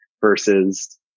versus